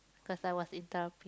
cause I was interrupting